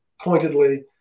pointedly